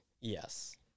yes